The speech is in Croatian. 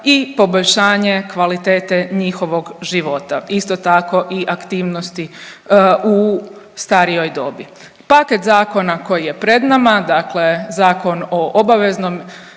i poboljšanje kvalitete njihovog života, isto tako i aktivnosti u starijoj dobi. Paket zakona koji je pred nama dakle Zakon o obveznim